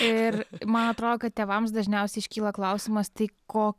ir man atrodo kad tėvams dažniausiai iškyla klausimas tai ko